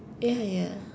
ya ya